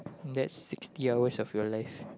that's sixty hours of your life